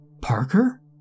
Parker